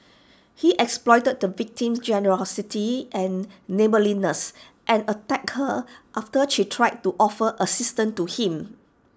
he exploited the victim's generosity and neighbourliness and attacked her after she tried to offer assistance to him